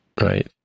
Right